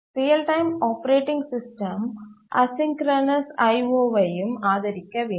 real time operating system asynchronous IOஐயும் ஆதரிக்க வேண்டும்